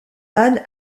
anne